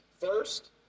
first